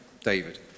David